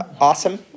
Awesome